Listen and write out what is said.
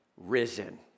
risen